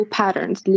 patterns